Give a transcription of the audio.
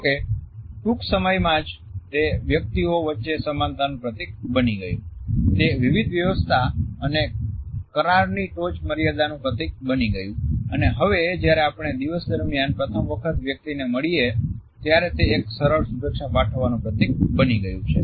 જોકે ટૂંક સમયમાં જ તે વ્યક્તિઓ વચ્ચે સમાનતાનું પ્રતીક બની ગયું તે વિવિધ વ્યવસ્થા અને કરારની ટોચ મર્યાદાનું પ્રતીક બની ગયું અને હવે જ્યારે આપણે દિવસ દરમિયાન પ્રથમ વખત વ્યક્તિને મળીએ ત્યારે તે એક સરળ શુભેચ્છા પાઠવવાનું પ્રતીક બની ગયું છે